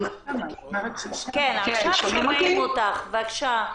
עכשיו שומעים אותך, בבקשה.